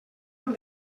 del